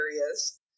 areas